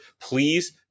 please